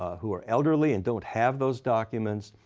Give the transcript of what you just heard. who are elderly and don't have those documents.